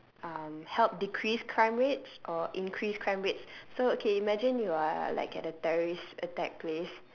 um help decrease crime rates or increase crime rates so okay imagine you are like at a terrorist attack place